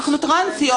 אנחנו טרנסיות.